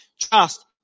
trust